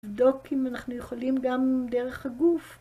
לבדוק אם אנחנו יכולים גם דרך הגוף.